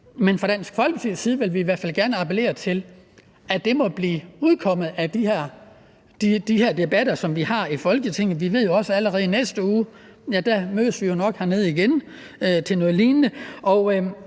Men fra Dansk Folkepartis side vil vi i hvert fald gerne appellere til, at det må blive udkommet af de her debatter, som vi har i Folketinget. Vi ved jo også, at vi nok allerede i næste uge mødes hernede igen til noget lignende,